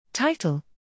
Title